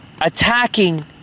attacking